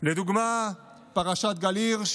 לדוגמה פרשת גל הירש.